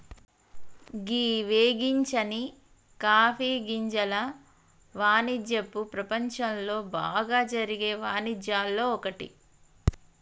గీ వేగించని కాఫీ గింజల వానిజ్యపు ప్రపంచంలో బాగా జరిగే వానిజ్యాల్లో ఒక్కటి